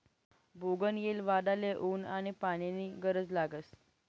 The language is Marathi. बोगनयेल वाढाले ऊन आनी पानी नी गरज लागस